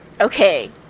Okay